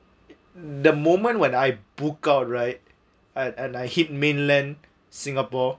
the moment when I book out right and and I hit mainland singapore